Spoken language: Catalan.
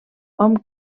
hom